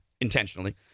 intentionally